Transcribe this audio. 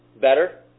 better